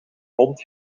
hond